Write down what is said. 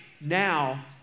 now